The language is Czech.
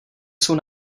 jsou